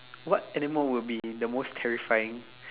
what animal will be the most terrifying